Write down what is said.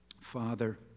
Father